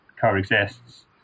co-exists